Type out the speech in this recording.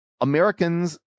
Americans